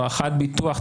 הארכת ביטוח תעריפי.